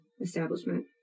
establishment